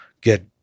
get